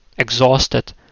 Exhausted